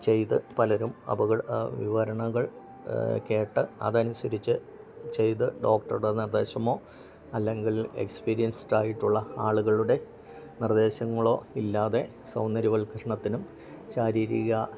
ചെയ്ത് പലരും അപകട വിവരണകൾ കേട്ട് അതനുസരിച്ച് ചെയ്ത് ഡോക്ടറുടെ നിർദ്ദേശമോ അല്ലങ്കിൽ എക്സ്പീര്യൻസ്ഡായിട്ട് ഉള്ള ആളുകളുടെ നിർദ്ദേശങ്ങളോ ഇല്ലാതെ സൗന്ദര്യവൽക്കരണത്തിനും ശാരീരിക